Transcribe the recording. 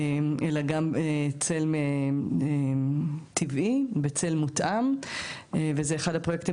אלא גם צל טבעי וצל מותאם וזה אחד הפרויקטים